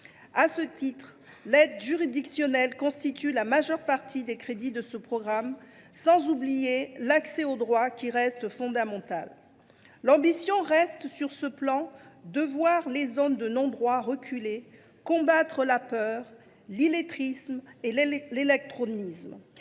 À ce titre, l’aide juridictionnelle constitue la majeure partie des crédits de ce programme, sans oublier l’accès au droit, qui reste fondamental. L’ambition demeure, à cet égard, de faire reculer les zones de non droit et de combattre la peur, l’illettrisme et l’illectronisme.